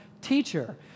Teacher